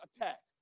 attack